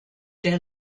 der